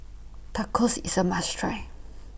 Tacos IS A must Try